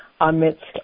amidst